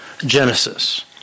Genesis